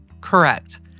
Correct